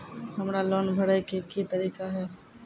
हमरा लोन भरे के की तरीका है?